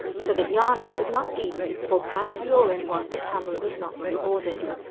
so that jani could not eat or pass urine whilst the camera was not recording.